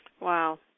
Wow